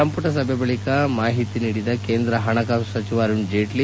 ಸಂಪುಟ ಸಭೆ ಬಳಿಕ ನಿನ್ನೆ ಮಾಹಿತಿ ನೀಡಿದ ಕೇಂದ್ರ ಹಣಕಾಸು ಸಚಿವ ಅರುಣ್ ಜೇಟ್ಲ